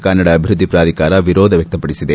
ಕನ್ನಡ ಅಭಿವೃದ್ಧಿ ಪಾಧಿಕಾರ ವಿರೋಧ ವ್ಯಕ್ತಪಡಿಸಿದೆ